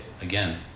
again